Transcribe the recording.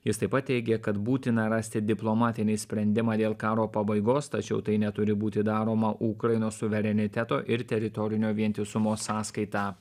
jis taip pat teigė kad būtina rasti diplomatinį sprendimą dėl karo pabaigos tačiau tai neturi būti daroma ukrainos suvereniteto ir teritorinio vientisumo sąskaita